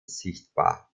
sichtbar